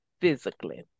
physically